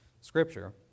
Scripture